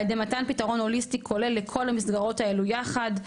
על ידי מתן פתרון הוליסטי כולל לכל המסגרות האלו יחד,